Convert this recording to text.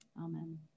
Amen